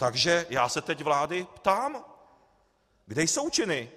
Takže já se teď vlády ptám: Kde jsou činy?